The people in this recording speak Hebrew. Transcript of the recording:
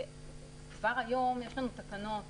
כבר היום יש לנו תקנות